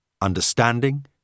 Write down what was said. Understanding